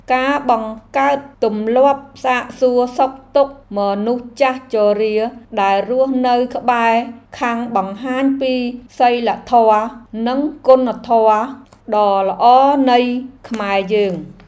ការបង្កើតទម្លាប់សាកសួរសុខទុក្ខមនុស្សចាស់ជរាដែលរស់នៅក្បែរខាងបង្ហាញពីសីលធម៌និងគុណធម៌ដ៏ល្អនៃខ្មែរយើង។